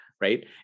right